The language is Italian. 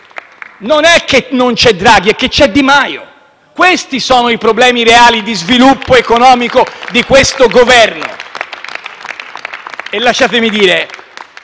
Non è che non c'è Draghi, è che c'è Di Maio. Questi sono i problemi reali di sviluppo economico di questo Governo. *(Applausi dal